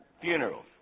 Funerals